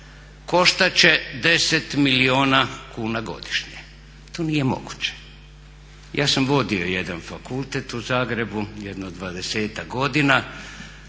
Koštat će 10 milijuna kuna godišnje. To nije moguće. Ja sam vodio jedan fakultet u Zagrebu jedno 20-ak godina,